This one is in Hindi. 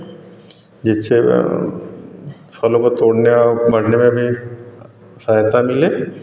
जिससे फलों को तोड़ने और बढ़ने में भी फ़ायदा मिले